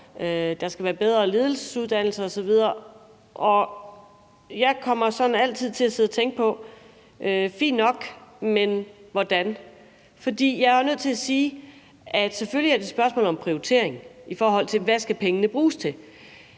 der skal være bedre ledelsesuddannelse osv. Og jeg kommer altid til at sidde og tænke: Fint nok, men hvordan? For jeg er nødt til at sige, at selvfølgelig er det et spørgsmål om prioritering, i forhold til hvad pengene skal bruges til,